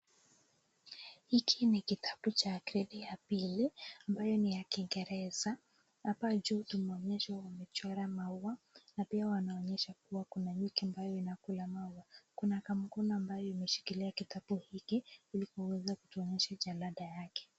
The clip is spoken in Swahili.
Hiki ni kitabu cha gredi ya pili ambaye ni ya kingeresa , hapa juu tumeonyeshwa kuchora maua na pia kunanyesha kuna nyuki ambaye anakula mau , kuna kamkona ambaye ameshikilia kitabu hiki hili aweza kutuonyesha jalada yake.